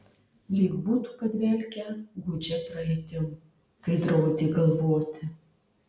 lyg būtų padvelkę gūdžia praeitim kai draudė galvoti